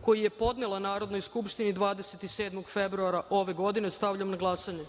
koji je podnela Narodnoj skupštini 27. februara ove godine. Stavljam na glasanje.